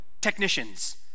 technicians